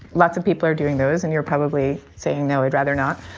lots of people are doing those. and you're probably saying, no, i'd rather not.